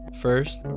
First